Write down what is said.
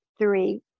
three